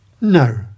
No